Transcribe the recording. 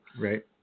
Right